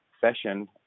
session